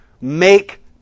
Make